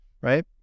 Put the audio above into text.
right